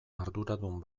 arduradun